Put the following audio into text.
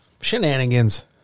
shenanigans